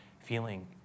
feeling